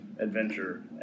Adventure